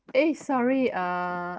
eh sorry err